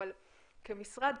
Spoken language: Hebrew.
אבל כמשרד,